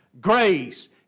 grace